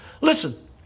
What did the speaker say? Listen